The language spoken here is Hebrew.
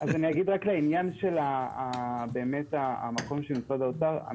לעניין של המקום של משרד האוצר,